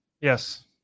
Yes